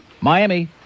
Miami